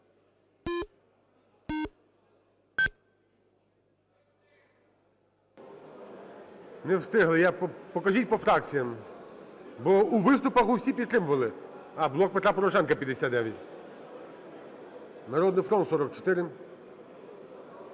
Не встигли. Покажіть по фракціям, бо у виступах всі підтримували. А, "Блок Петра Порошенка" – 59. "Народний фронт"